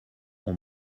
ont